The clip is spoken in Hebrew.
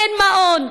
אין מעון,